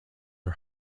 are